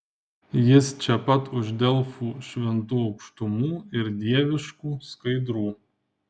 jis čia pat už delfų šventų aukštumų ir dieviškų skaidrų